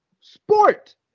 Sport